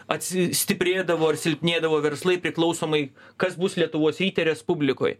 atsi stiprėdavo ar silpnėdavo verslai priklausomai kas bus lietuvos ryte respublikoj